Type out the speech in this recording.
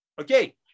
Okay